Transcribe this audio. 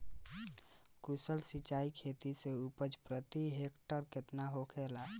कुशल सिंचाई खेती से उपज प्रति हेक्टेयर केतना होखेला?